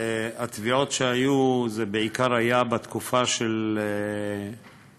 הטביעות שהיו, זה היה בעיקר בתקופה של השביתה,